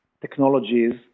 technologies